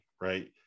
right